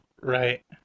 Right